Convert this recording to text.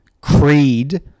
Creed